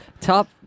top